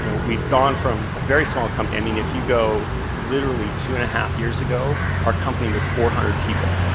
you know we'd gone from a very small company i mean if you go literally two and a half years ago, our company was four hundred people,